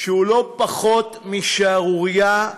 שהוא לא פחות משערורייה,